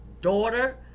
daughter